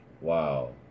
Wow